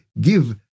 give